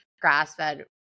grass-fed